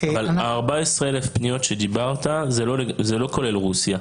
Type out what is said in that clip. ה-14,000 פניות שדיברת זה לא כולל רוסיה.